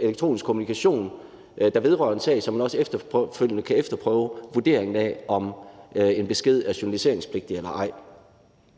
elektronisk kommunikation, der vedrører en sag, så man også efterfølgende kan efterprøve vurderingen af, om en besked er journaliseringspligtig eller ej.